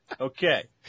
Okay